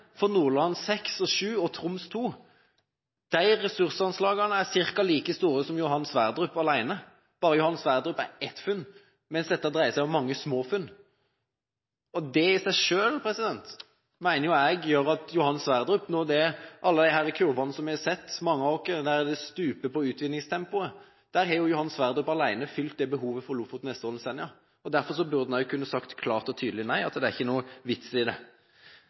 for Johan Sverdrup alene, men Johan Sverdrup er ett funn, mens dette dreier seg om mange små funn. Det i seg selv mener jeg viser at Johan Sverdrup – med alle kurvene mange av oss har sett, der utvinningstempoet stuper – allerede har fylt behovet for Lofoten, Vesterålen og Senja. Derfor burde en sagt klart og tydelig nei, at det ikke er